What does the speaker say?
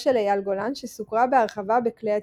של איל גולן שסוקרה בהרחבה בכלי התקשורת.